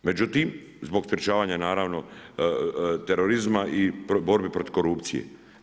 Međutim, zbog sprečavanja naravno, terorizma i borbe protiv korupcije.